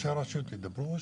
ראשי הרשויות ידברו?